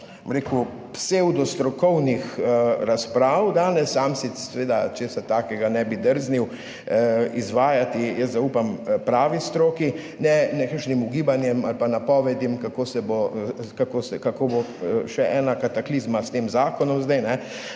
psevdostrokovnih razprav. Sam si seveda česa takega ne bi drznil izvajati, jaz zaupam pravi stroki, ne nekakšnim ugibanjem ali pa napovedim, kako bo še ena kataklizma s tem zakonom zdaj,